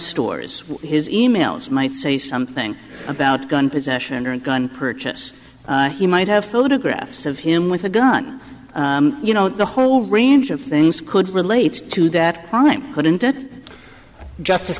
stores his e mails might say something about gun possession or a gun purchase he might have photographs of him with a gun you know the whole range of things could relate to that crime wouldn't it justice